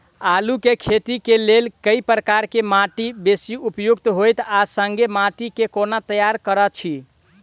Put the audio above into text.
आलु केँ खेती केँ लेल केँ प्रकार केँ माटि बेसी उपयुक्त होइत आ संगे माटि केँ कोना तैयार करऽ छी?